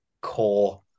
core